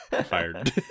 Fired